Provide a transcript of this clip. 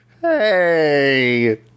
Hey